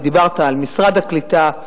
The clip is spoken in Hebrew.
דיברת על משרד הקליטה,